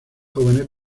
jóvenes